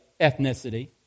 ethnicity